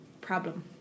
problem